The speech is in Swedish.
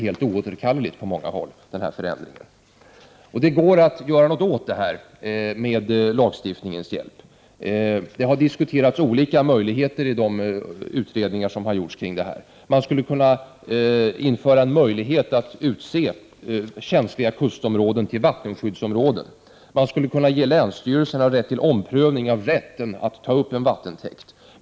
Förändringen kan på vissa håll vara helt oåterkallelig. Det är möjligt, med lagstiftningens hjälp, att göra något åt denna situation. Olika möjligheter har diskuterats i utredningar med anledning av detta. Man skulle kunna införa en möjlighet att utse känsliga kustområden till vattenskyddsområden. Man skulle kunna ge länsstyrelserna rätt att ompröva rätten att ta upp en vattentäkt.